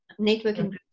networking